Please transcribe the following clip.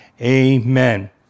Amen